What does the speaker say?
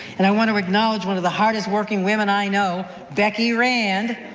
and i want to acknowledge one of the hardest working women i know, becky rand,